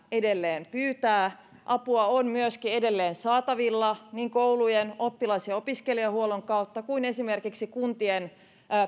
edelleen pyytää apua on myöskin edelleen saatavilla niin koulujen oppilas ja opiskelijahuollon kautta kuin esimerkiksi kuntien